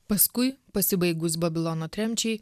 paskui pasibaigus babilono tremčiai